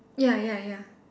ya ya ya